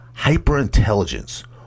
hyperintelligence